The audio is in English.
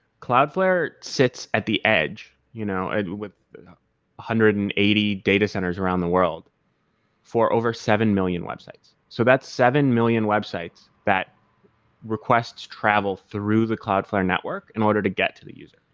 cloudflare sits at the edge you know and with one hundred and eighty data centers around the world for over seven million websites. so that seven million websites that requests travel through the cloudflare network in order to get to the user,